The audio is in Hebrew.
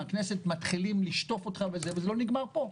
מהכנסת מתחילים לשטוף אותך וזה לא נגמר פה.